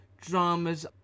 dramas